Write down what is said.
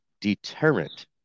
deterrent